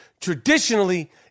traditionally